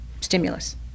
stimulus